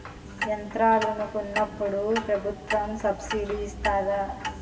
యంత్రాలను కొన్నప్పుడు ప్రభుత్వం సబ్ స్సిడీ ఇస్తాధా?